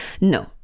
No